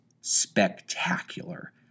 spectacular